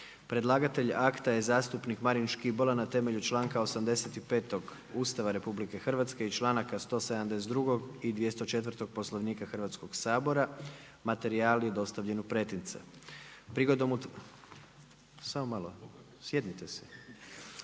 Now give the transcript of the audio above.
Predlagatelj akta je zastupnik Marin Škibola na temelju članka 85. Ustava RH i članaka 172. i 204. Poslovnika Hrvatskog sabora. Materijal je dostavljen u pretince. Prigodom utvrđivanja dnevnog